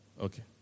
Okay